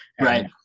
Right